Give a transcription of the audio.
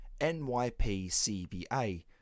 NYPCBA